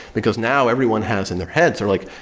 because now everyone has in their heads they're like,